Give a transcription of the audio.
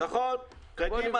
נכון, קדימה.